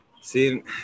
See